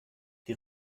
die